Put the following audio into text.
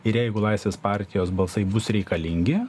ir jeigu laisvės partijos balsai bus reikalingi